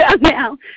now